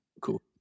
Cool